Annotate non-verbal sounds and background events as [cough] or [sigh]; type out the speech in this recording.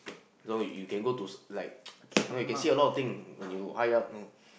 so you can go to like [noise] know you can see a lot of thing when you high up know